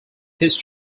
his